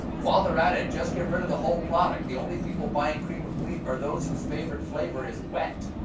while they're at it, just get rid of the whole product. the only people buying cream of wheat are those whose favorite flavor is wet.